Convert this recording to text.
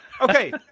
Okay